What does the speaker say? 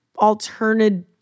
alternative